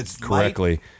correctly